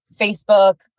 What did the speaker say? Facebook